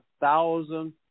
thousand